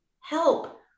help